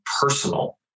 personal